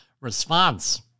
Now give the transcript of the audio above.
response